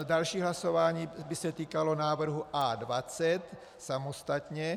Další hlasování by se týkalo návrhu A20 samostatně.